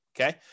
Okay